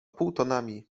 półtonami